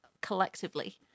collectively